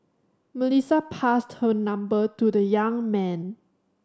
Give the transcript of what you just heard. Melissa passed her number to the young man